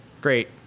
Great